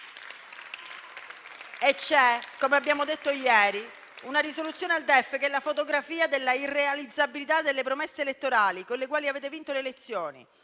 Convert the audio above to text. C'è - come abbiamo detto ieri - una risoluzione al DEF che è la fotografia della irrealizzabilità delle promesse elettorali con le quali avete vinto le elezioni;